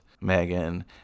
Megan